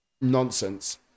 nonsense